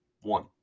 one